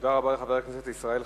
תודה רבה לחבר הכנסת ישראל חסון.